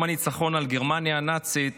יום הניצחון על גרמניה הנאצית